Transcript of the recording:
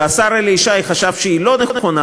והשר אלי ישי חשב שהיא לא נכונה,